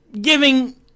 giving